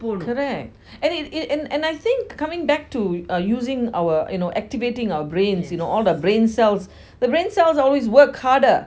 correct and and and I think coming back to uh using our you know activating our brains you know all the brain cells the brain cells always work harder